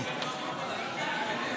מאולפנה.